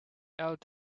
out